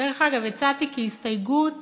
דרך אגב, הצעתי כהסתייגות